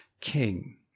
king